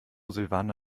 silvana